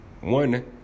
One